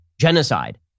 genocide